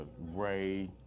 Ray